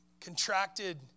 contracted